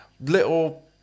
little